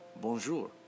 bonjour